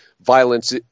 violence